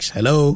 Hello